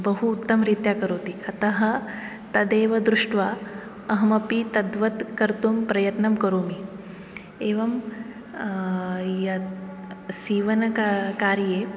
बहु उत्तमरीत्या करोति अतः तदेव दृष्ट्वा अहमपि तद्वत् कर्तुं प्रयत्नं करोमि एवं यद् सीवनका कार्ये